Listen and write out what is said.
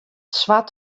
swart